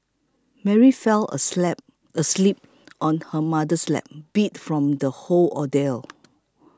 Mary fell asleep asleep on her mother's lap beat from the whole ordeal